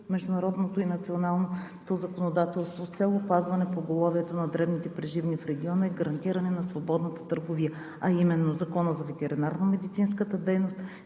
международното и националното законодателство с цел опазване на поголовието на дребните преживни в региона и гарантиране на свободната търговия, а именно: Закона за ветеринарномедицинската дейност;